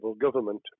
government